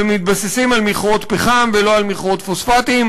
ומתבססים על מכרות פחם ולא על מכרות פוספטים,